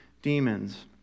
Demons